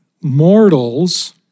mortals